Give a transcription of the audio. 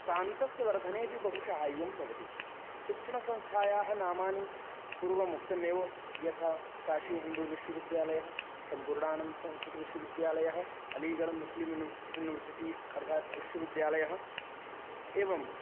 प्रान्तस्य वर्धने अपि बहुसाहाय्यं भवति शिक्षणसंस्थायाः नामानि पूर्वम् उक्तमेव यथा काशीहिन्दुविश्वविद्यालयः सम्पूर्णानन्दसंस्कृतविश्वविद्यालयः अलीगड़मुस्लिं यूनिवर् यूनिवर्सिटि अर्थात् बिश्वविद्यालयः एवम्